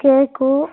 cake